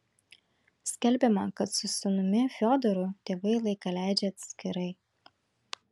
skelbiama kad su sūnumi fiodoru tėvai laiką leidžia atskirai